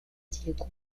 diego